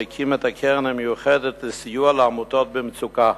והקים את הקרן המיוחדת לסיוע לעמותות במצוקה.